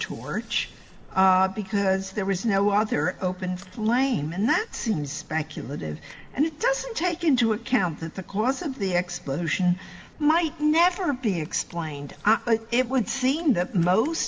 tour because there is no other open flame and that seems speculative and it doesn't take into account that the cause of the explosion might never be explained it would seem that most